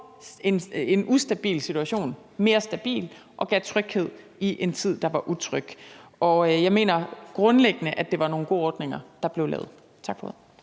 en ustabil situation mere stabil og gav tryghed i en tid, der var utryg, og jeg mener grundlæggende, at det var nogle gode ordninger, der blev lavet. Kl.